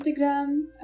Instagram